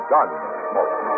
Gunsmoke